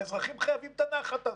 האזרחים חייבים את הנחת הזאת.